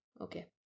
okay